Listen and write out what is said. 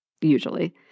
usually